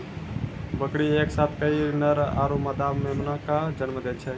बकरी एक साथ कई नर आरो मादा मेमना कॅ जन्म दै छै